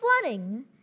flooding